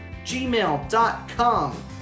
gmail.com